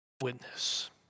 witness